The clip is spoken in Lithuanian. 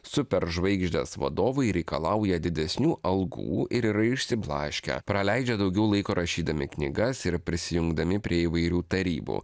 superžvaigždės vadovai reikalauja didesnių algų ir yra išsiblaškę praleidžia daugiau laiko rašydami knygas ir prisijungdami prie įvairių tarybų